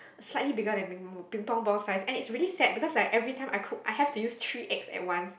slightly bigger than Ping Pong ball Ping Pong ball size and is really sad because like every time I cooked I have to use three eggs at once